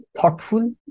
thoughtful